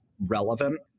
relevant